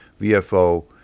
VFO